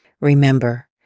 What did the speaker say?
Remember